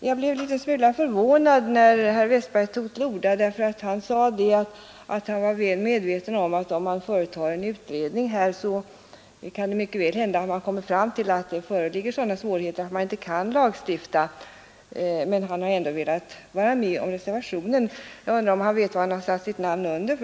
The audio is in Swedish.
Jag blev en liten smula förvånad när herr Westberg i Ljusdal tog till orda. Han sade att han var väl medveten om att man, om man gör en utredning på detta område, mycket väl kan komma fram till att det föreligger sådana svårigheter att det inte är möjligt att lagstifta. Men han har ändå velat ställa sig bakom reservationen. Jag undrar om han vet vad han satt sitt namn under.